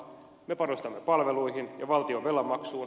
me panostamme palveluihin ja valtionvelan maksuun